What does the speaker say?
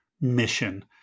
mission